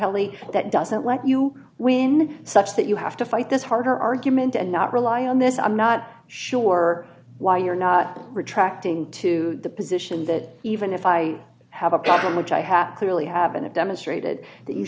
kelly that doesn't let you win such that you have to fight this harder argument and not rely on this i'm not sure why you're not retracting to the position that even if i have a problem which i have clearly haven't demonstrated that you